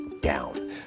down